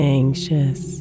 anxious